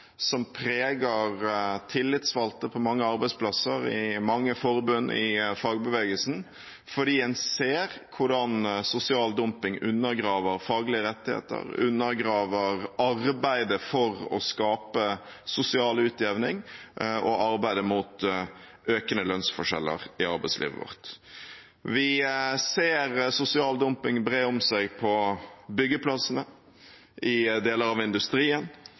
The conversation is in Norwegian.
som preger tillitsvalgte på mange arbeidsplasser i mange forbund i fagbevegelsen, fordi en ser hvordan sosial dumping undergraver faglige rettigheter, undergraver arbeidet for å skape sosial utjevning og arbeidet mot økende lønnsforskjeller i arbeidslivet vårt. Vi ser sosial dumping bre om seg på byggeplassene, i deler av industrien,